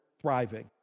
thriving